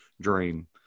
dream